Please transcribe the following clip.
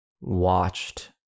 watched